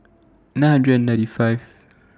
nine hundred and ninety five